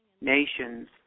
nations